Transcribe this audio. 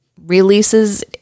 releases